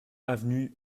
avenue